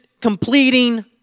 completing